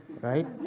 right